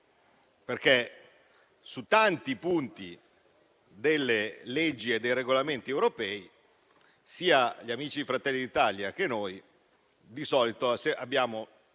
contro. Su tanti punti delle leggi e dei regolamenti europei sia gli amici del Gruppo Fratelli d'Italia che noi di solito abbiamo